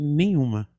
nenhuma